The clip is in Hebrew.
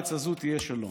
הארץ הזאת תהיה שלו.